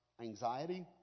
anxiety